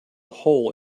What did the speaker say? hole